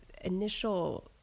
initial